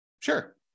Sure